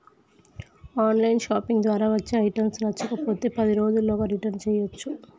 on line shopping ద్వారా వచ్చే items నచ్చకపోతే పది రోజుల్లోగా రిటర్న్ చేయ్యచ్చు